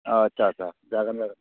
अ आस्सा आस्सा जागोन जागोन